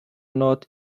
not